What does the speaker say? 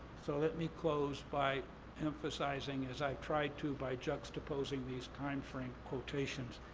so let me close by emphasizing, as i've tried to by juxtaposing these timeframe quotations,